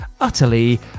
utterly